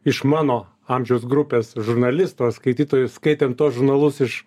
iš mano amžiaus grupės žurnalistų skaitytojų skaitant tuos žurnalus iš